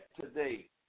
today